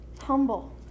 humble